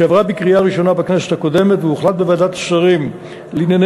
שעברה בקריאה ראשונה בכנסת הקודמת והוחלט בוועדת השרים לענייני